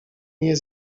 nie